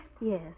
Yes